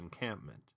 encampment